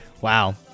Wow